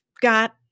got